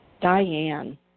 Diane